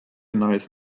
nice